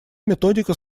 методика